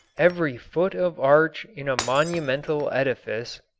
every foot of arch in a monumental edifice,